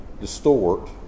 distort